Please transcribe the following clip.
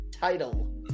title